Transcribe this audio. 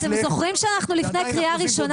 אתם זוכרים שאנחנו לפני קריאה ראשונה